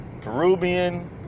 Peruvian